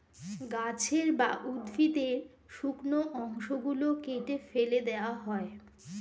গাছের বা উদ্ভিদের শুকনো অংশ গুলো কেটে ফেটে দেওয়া হয়